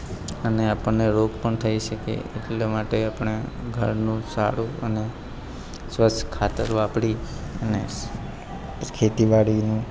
અને આપણને રોગ પણ થઇ શકે એટલા માટે આપણે ઘરનું સારું અને સ્વસ્થ ખાતર વાપરી અને ખેતીવાડીનું